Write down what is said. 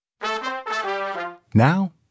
Now